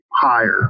higher